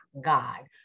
God